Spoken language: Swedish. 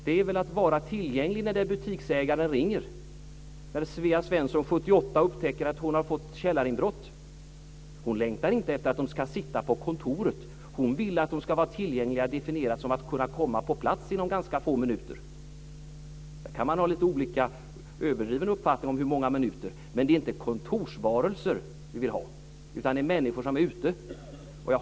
Det handlar om att vara tillgänglig när butiksägaren ringer, eller när Svea Svensson 78 år upptäcker att hon har fått ett källarinbrott. Hon längtar inte efter att poliserna ska sitta på kontoret. Hon vill att de ska vara tillgängliga, definierat som att de ska kunna komma på plats inom ganska få minuter. Där kan man ha lite olika överdriven uppfattning om hur många minuter det ska vara. Men det är inte kontorsvarelser vi vill ha. Det är människor som är ute.